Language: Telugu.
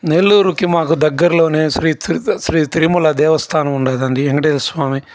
నెల్లూరుకి మాకు దగ్గరలో శ్రీ తి శ్రీ తిరుమల దేవస్థానం ఉందండి వెంకటేశ్వర స్వామి